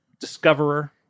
Discoverer